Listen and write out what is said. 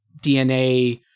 DNA